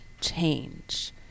change